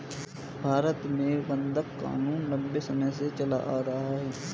भारत में बंधक क़ानून लम्बे समय से चला आ रहा है